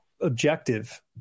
objective